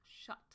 shut